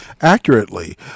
accurately